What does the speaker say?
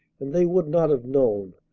and they would not have known,